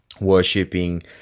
worshipping